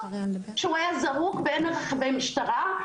שהוא היה זרוק בין --- משטרה?